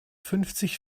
fünfzig